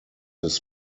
his